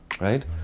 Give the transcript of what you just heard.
right